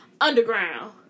Underground